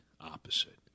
opposite